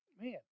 man